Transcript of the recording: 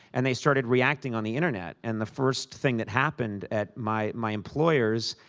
and they started reacting on the internet. and the first thing that happened at my my employers,